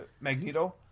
Magneto